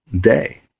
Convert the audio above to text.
day